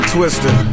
Twister